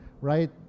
right